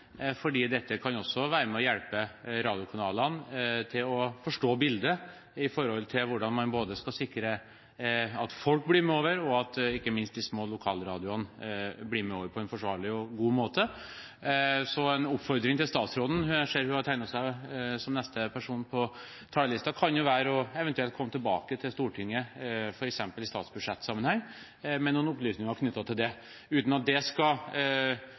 fordi dette også kan være med og hjelpe radiokanalene til å forstå bildet når det gjelder hvordan man skal sikre at folk blir med over, og ikke minst at de små lokalradioene blir med over på en forsvarlig og god måte. En oppfordring til statsråden – jeg ser hun har tegnet seg som neste person på talerlisten – kan være eventuelt å komme tilbake til Stortinget, f.eks. i statsbudsjettsammenheng, med noen opplysninger knyttet til det, uten at det skal